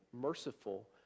merciful